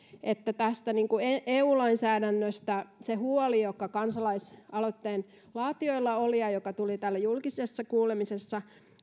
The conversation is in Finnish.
että tästä eu lainsäädännöstä se huoli joka kansalaisaloitteen laatijoilla oli ja joka tuli täällä julkisessa kuulemisessa